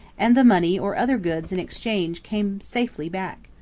and the money or other goods in exchange came safely back.